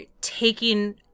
taking